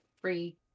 free